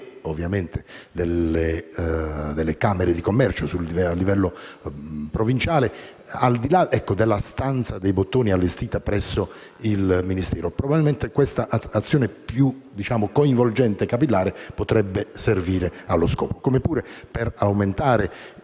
ovviamente delle Camere di commercio a livello provinciale, al di là della stanza dei bottoni allestita presso il Ministero. Probabilmente questa azione più coinvolgente e capillare potrebbe servire allo scopo. Come pure per aumentare